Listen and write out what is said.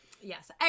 Yes